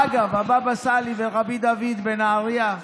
אגב, הבבא סאלי ורבי דוד מנהריה,